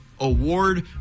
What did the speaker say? award